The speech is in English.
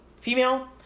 female